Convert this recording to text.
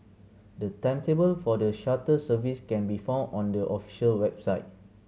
the timetable for the shuttle service can be found on the official website